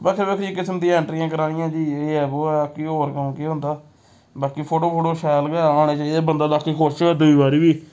बक्खरी बक्खरी किसम दियां एंट्रियां करानियां जी एह् ऐ वो ऐ कि होर कम्म केह् होंदा बाकी फोटो फोटो शैल गै आने चाहिदे बंदा लास्ट च खुश होई दूई बारी बी